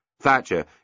Thatcher